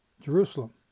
Jerusalem